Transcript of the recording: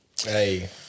Hey